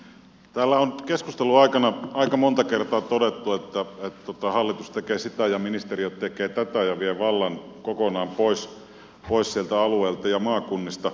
täällä on keskustelun aikana aika monta kertaa todettu että hallitus tekee sitä ja ministeriö tekee tätä ja vie vallan kokonaan pois sieltä alueelta ja maakunnista